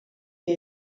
ihr